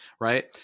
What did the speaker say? Right